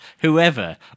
Whoever